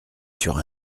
sur